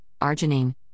Arginine